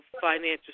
financial